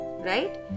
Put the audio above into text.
right